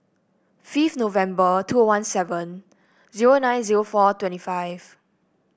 fifth November two one seven zero nine zero four twenty five